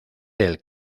del